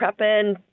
prepping